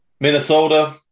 Minnesota